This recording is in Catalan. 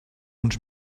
uns